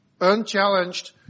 unchallenged